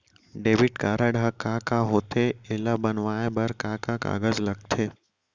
Debit card ह का होथे एला बनवाए बर का का कागज लगथे?